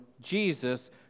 Jesus